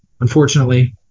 unfortunately